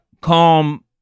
calm